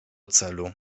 celu